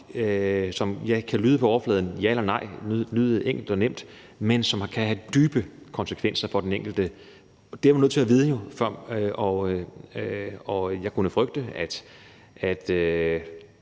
kan lyde som ja eller nej, kan lyde enkelt og nemt, men som kan have dybe konsekvenser for den enkelte. Det er man jo nødt til at vide. Og jeg kunne frygte, at